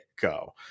go